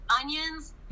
onions